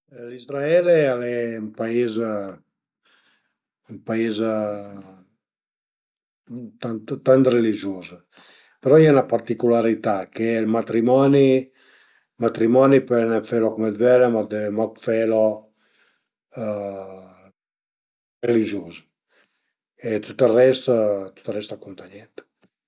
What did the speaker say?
Dizuma che a m'piazu ën po tüte le müziche, però si a parte a parte ël liscio che vadu anche a balelu ogni tant, ma la müzica ch'a m'pias dë pi al e sicürament ël country, la müzica american-a al e sempre, al a sempre apasiuname, infatti a ie staie d'ucaziun d'andé vëddi ën paira dë concerti e l'ai l'ai seguie